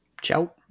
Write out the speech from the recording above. Ciao